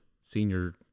senior